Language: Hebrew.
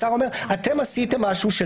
השר אומר: אתם עשיתם משהו,